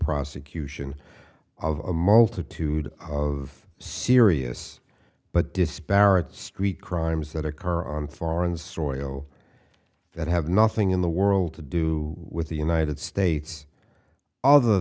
prosecution of a multitude of serious but disparate street crimes that occur on foreign soil that have nothing in the world to do with the united states other